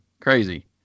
crazy